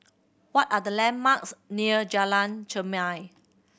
what are the landmarks near Jalan Chermai